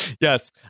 yes